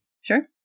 Sure